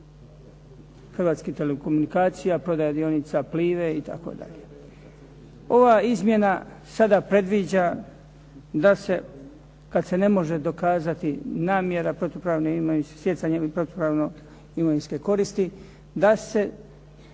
Hrvatskih telekomunikacija, prodaja dionica Plive itd. Ova izmjena sada predviđa da se kada se ne može dokazati namjera protupravne, stjecanja